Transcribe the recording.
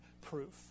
proof